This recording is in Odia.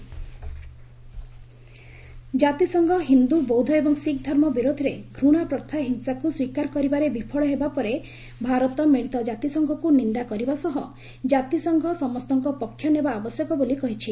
ୟୁଏନ୍ ଡିସ୍କସନ୍ ଜାତିସଂଘ ହିନ୍ଦୁ ବୌଦ୍ଧ ଏବଂ ଶିଖ୍ ଧର୍ମ ବିରୋଧରେ ଘୃଣା ପ୍ରଥା ହିଂସାକୁ ସ୍ୱୀକାର କରିବାରେ ବିଫଳ ହେବା ପରେ ଭାରତ ମିଳିତ ଜାତିସଂଘକୁ ନିନ୍ଦା କରିବା ସହ ଜାତିସଂଘ ସମସ୍ତଙ୍କ ପକ୍ଷ ନେବା ଆବଶ୍ୟକ ବୋଲି କହିଛି